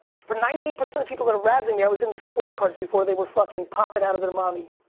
for ninety eight percent of the people that are rassing me, i was into sports cards before they were fucking popping out of their mommy.